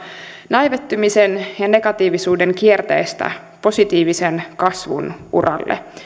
näivettymisen ja negatiivisuuden kierteestä positiivisen kasvun uralle